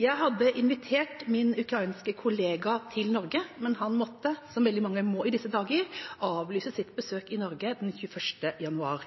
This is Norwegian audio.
Jeg hadde invitert min ukrainske kollega til Norge, men han måtte – som veldig mange må i disse dager – avlyse sitt besøk i Norge den 21. januar.